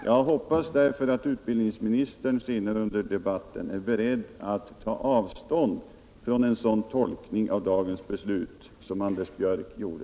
Jag hoppas därför att utbildningsministern senare under debatten är beredd att ta avstånd från den tolkning av dagens beslut som Anders Björck gjorde.